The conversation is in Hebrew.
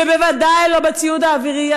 ובוודאי לא בציוד האווירי,